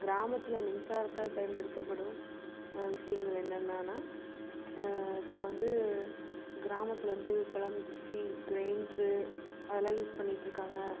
கிராமத்தில் மின்சாரத்தால் பயன்படுத்தப்படும் விஷயங்கள் என்னென்னன்னா இப்போ வந்து கிராமத்தில் வந்து இப்போல்லாம் மிக்சி க்ரைண்ட்ரு அதெல்லாம் யூஸ் பண்ணிட்டுருக்காங்க